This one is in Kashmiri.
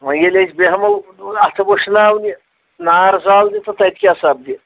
وۄنۍ ییٚلہِ أسۍ بیٚہمو اَتھٕ وُشناونہِ نار زالنہِ تہٕ تَتہِ کیٛاہ سَپدِ